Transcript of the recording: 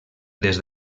des